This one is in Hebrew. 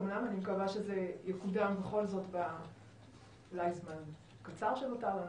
אני מקווה שזה יקודם בכל זאת אולי בזמן שנותר לנו